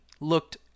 looked